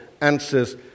answers